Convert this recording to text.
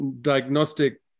diagnostic